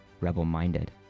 rebel-minded